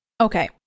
Okay